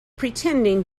pretending